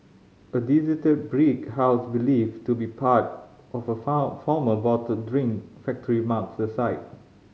a deserted brick house believed to be part of a former bottled drink factory marks the site